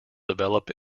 develop